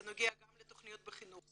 זה נוגע גם לתכניות בחינוך,